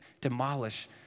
demolish